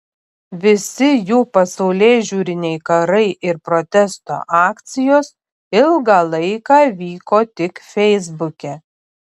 visi jų pasaulėžiūriniai karai ir protesto akcijos ilgą laiką vyko tik feisbuke